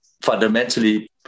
fundamentally